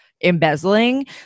embezzling